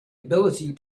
ability